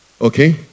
Okay